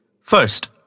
First